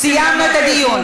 סיימנו את הדיון.